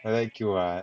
like that cute [what]